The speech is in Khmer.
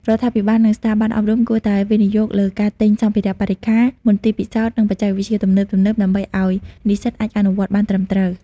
រដ្ឋាភិបាល និងស្ថាប័នអប់រំគួរតែវិនិយោគលើការទិញសម្ភារៈបរិក្ខារ មន្ទីរពិសោធន៍ និងបច្ចេកវិទ្យាទំនើបៗ ដើម្បីឱ្យនិស្សិតអាចអនុវត្តបានត្រឹមត្រូវ។